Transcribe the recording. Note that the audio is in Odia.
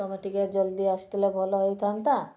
ତମେ ଟିକେ ଜଲ୍ଦି ଆସିଥିଲେ ଭଲ ହୋଇଥାନ୍ତା